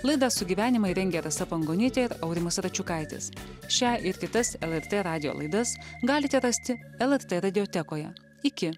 laidą sugyvenimai rengė rasa pangonytė aurimas račiukaitis šią ir kitas lrt radijo laidas galite rasti lrt radiotekoje iki